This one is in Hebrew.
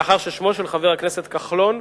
לאחר ששמו של חבר הכנסת כחלון,